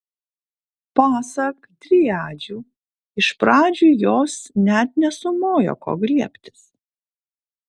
pasak driadžių iš pradžių jos net nesumojo ko griebtis